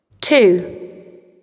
Two